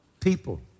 people